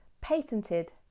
patented